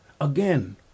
Again